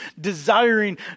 desiring